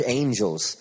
angels